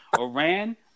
Iran